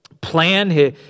plan